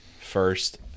first